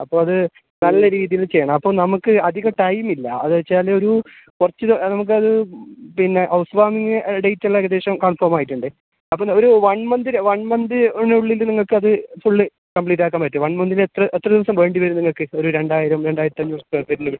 അപ്പോൾ അത് നല്ല രീതിയിൽ ചെയ്യണം അപ്പം നമ്മൾക്ക് അധികം ടൈമില്ല അത് വച്ചാൽ ഒരു കുറച്ച് നമ്മൾക്കത് പിന്നെ ഹൗസ് വാമിങ്ങ് ഡേറ്റെല്ലാം ഏകദേശം കൺഫേം ആയിട്ടുണ്ട് അപ്പം ഒരു വൺ മന്ത് വൺ മന്ത്ന് ഉള്ളിൽ നിങ്ങൾക്കത് ഫുള്ള് കംപ്ലീറ്റാക്കാൻ പറ്റുമോ വൺ മന്തില് എത്ര എത്ര ദിവസം വേണ്ടി വരും നിങ്ങൾക്ക് ഒരു രണ്ടായിരം രണ്ടായിരത്തഞ്ഞൂറ് സ്കൊയർ ഫീറ്റിൽ